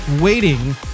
waiting